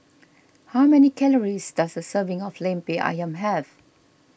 how many calories does a serving of Lemper Ayam have